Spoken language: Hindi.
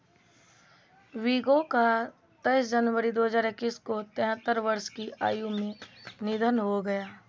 विगो का तेइस जनवरी दो हज़ार इक्कीस को तिहत्तर वर्ष की आयु में निधन हो गया